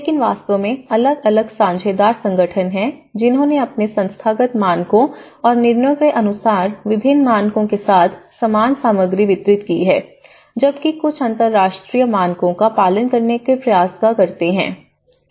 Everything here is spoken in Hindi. लेकिन वास्तव में अलग अलग साझेदार संगठन हैं जिन्होंने अपने संस्थागत मानकों और निर्णयों के अनुसार विभिन्न मानकों के साथ सामान सामग्री वितरित की है जबकि कुछ अंतरराष्ट्रीय मानकों का पालन करने का प्रयास करते हैं